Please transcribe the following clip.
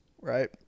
right